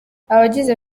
abagize